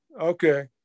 Okay